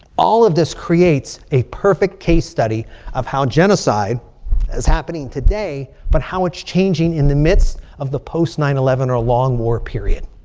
all of this creates a perfect case study of how genocide is happening today. but how it's changing in the midst of the post nine eleven or long war period.